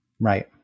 Right